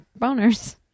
Boners